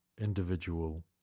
individual